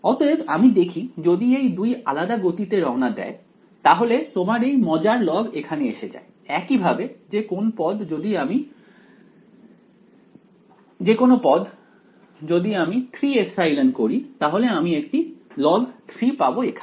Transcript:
অতএব আমি দেখি যদি এই দুই আলাদা গতিতে রওনা দেয় তাহলে তোমার এই মজার লগ এখানে এসে যায় একইভাবে যে কোনও পদ যদি আমি 3ε করি তাহলে আমি একটি log 3 পাব এখানে